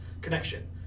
connection